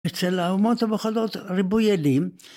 ‫אצל האומות המאוחדות, ריבוי אלים.